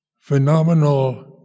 phenomenal